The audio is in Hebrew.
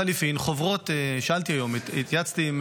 לחלופין, חוברות, שאלתי היום, התייעצתי עם